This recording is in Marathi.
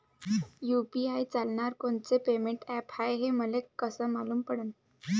यू.पी.आय चालणारं कोनचं पेमेंट ॲप हाय, हे मले कस मालूम पडन?